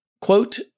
quote